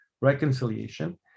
reconciliation